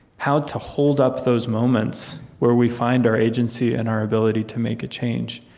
how to hold up those moments where we find our agency and our ability to make a change?